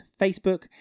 facebook